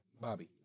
Bobby